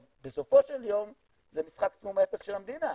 בסופו של יום זה משחק סכום אפס של המדינה,